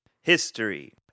History